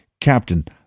Captain